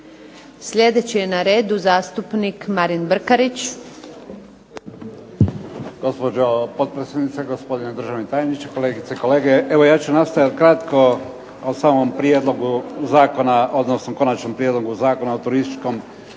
Sljedeći je na redu zastupnik Marin Brkarić.